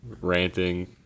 ranting